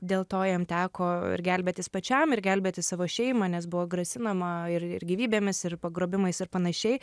dėl to jam teko gelbėtis pačiam ir gelbėti savo šeimą nes buvo grasinama ir gyvybėmis ir pagrobimais ir panašiai